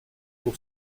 pour